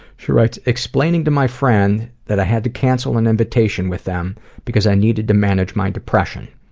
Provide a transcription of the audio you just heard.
she writes, explaining to my friend that i had to cancel an invitation with them because i needed to manage my depression.